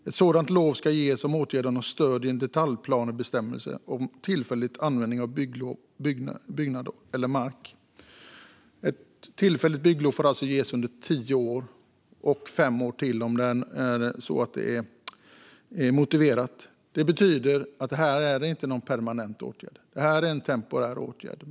Ett sådant lov ska ges om åtgärden har stöd i en detaljplanebestämmelse om tillfällig användning av byggnad eller mark. Ett tillfälligt bygglov får alltså ges under tio år men kan förlängas i fem år till om det är motiverat. Detta betyder att det inte är någon permanent åtgärd. Det är en temporär åtgärd.